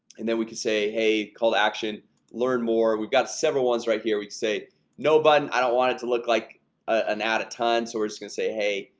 and then we could say hey call to action learn more. we've got several ones right here. we'd say no button i don't want it to look like an out-of-time, so we're just gonna say hey,